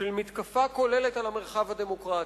של מתקפה כוללת על המרחב הדמוקרטי.